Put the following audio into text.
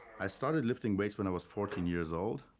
i started lifting weights when i was fourteen years old,